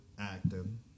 acting